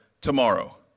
tomorrow